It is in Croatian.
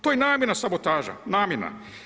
To je namjerna sabotaža, namjerna.